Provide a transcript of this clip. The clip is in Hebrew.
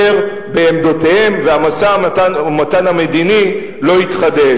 בעמדותיהם והמשא-ומתן המדיני לא יתחדש.